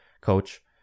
coach